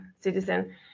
citizen